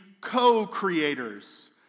co-creators